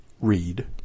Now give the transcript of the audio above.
read